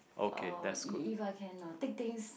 uh if if I can uh take things